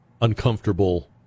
Uncomfortable